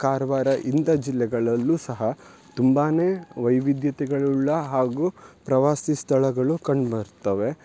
ಕಾರ್ವಾರ ಇಂಥ ಜಿಲ್ಲೆಗಳಲ್ಲೂ ಸಹ ತುಂಬಾನೇ ವೈವಿಧ್ಯತೆಗಳುಳ್ಳ ಹಾಗು ಪ್ರವಾಸಿ ಸ್ಥಳಗಳು ಕಂಡು ಬರ್ತವೆ